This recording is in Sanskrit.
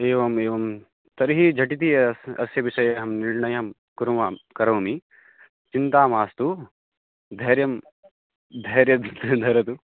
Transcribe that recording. एवम् एवं तर्हि झटिति अस्य विषये अहं निर्णयं कुरुवां करोमि चिन्ता मास्तु धैर्यं धैर्यं धरतु